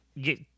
get